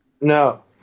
No